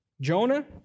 Jonah